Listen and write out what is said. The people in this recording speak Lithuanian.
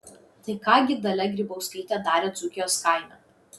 tai ką gi dalia grybauskaitė darė dzūkijos kaime